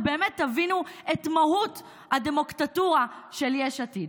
שבאמת תבינו את מהות הדמוקטטורה של יש עתיד.